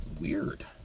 Weird